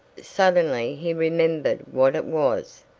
suddenly he remembered what it was.